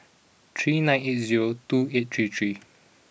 three nine eight zero two eight three three